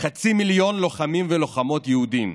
חצי מיליון לוחמים ולוחמות יהודים,